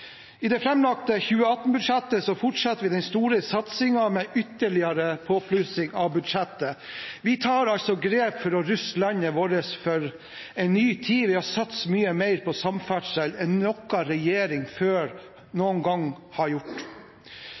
I det framlagte 2018-budsjettet fortsetter vi den store satsingen med ytterligere påplussing av budsjettet. Vi tar grep for å ruste landet vårt for en ny tid ved å satse mye mer på samferdsel enn noen regjering noen gang før har gjort.